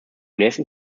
nächsten